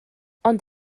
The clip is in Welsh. ond